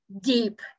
deep